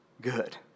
good